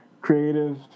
creative